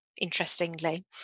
interestingly